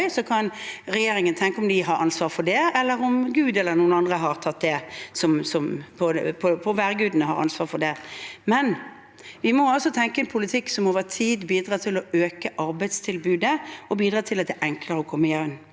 Så kan regjeringen tenke på om de har ansvar for det, eller om Gud eller noen andre – værgudene – har ansvaret for det. Vi må altså tenke ut en politikk som over tid bidrar til å øke arbeidstilbudet og bidrar til at det er enklere å komme i jobb.